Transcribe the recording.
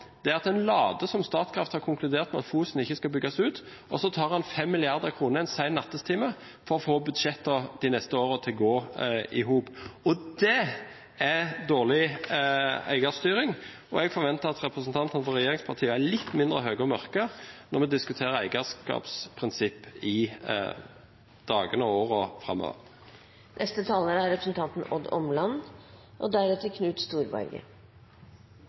som om Statkraft har konkludert med at Fosen ikke skal bygges ut, og så tar en 5 mrd. kr en sen nattetime for å få budsjettene de neste årene til å gå i hop. Det er dårlig eierstyring. Jeg forventer at representantene for regjeringspartiene er litt mindre høye og mørke når vi diskuterer eierskapsprinsipp i dagene og årene framover. I en tid da vi trenger omstilling, er